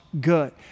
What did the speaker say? good